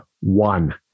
One